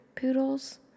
poodles